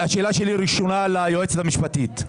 השאלה שלי הראשונה ליועצת המשפטית.